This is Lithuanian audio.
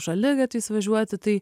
šaligatviais važiuoti tai